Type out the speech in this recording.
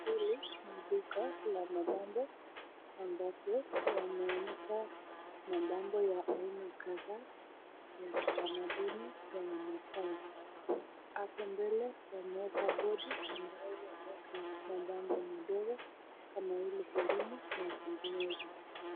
Hili ni duka la mabambo ambapo wameanika mabambo ya aina kadha ya kitamaduni ya Wamasai. Hapo mbele wameeka bodi ambayo wameeka mabambo madogo kama ile ilini na zinginezo.